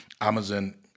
Amazon